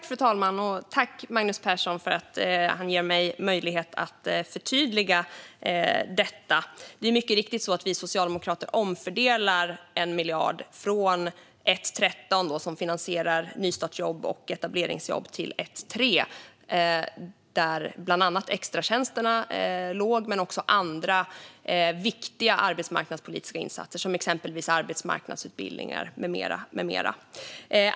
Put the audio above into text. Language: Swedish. Fru talman! Tack, Magnus Persson, för att du ger mig möjligheten att förtydliga detta! Det är mycket riktigt så att vi socialdemokrater omfördelar 1 miljard från 1:13 som finansierar nystartsjobb och etableringsjobb till 1:3 där bland annat extratjänsterna låg men också andra viktiga arbetsmarknadspolitiska insatser som exempelvis arbetsmarknadsutbildningar med mera.